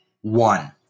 One